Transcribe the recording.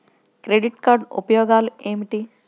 Credit card ఉపయోగాలు ఏమిటి?